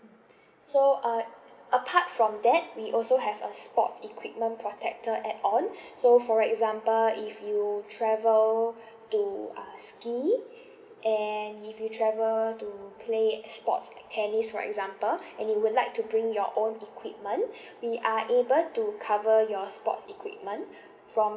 so uh apart from that we also have a sports equipment protector add on so for example if you travel to uh ski and if you travel to play sports like tennis for example and you would like to bring your own equipment we are able to cover your sports equipment from